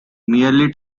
merely